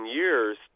years